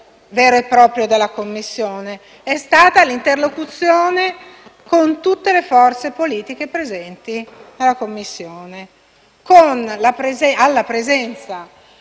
vero e proprio della Commissione - c'è stata l'interlocuzione con tutte le forze politiche presenti nella Commissione, alla presenza